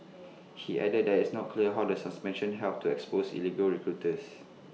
he added that it's not clear how the suspension helps to expose illegal recruiters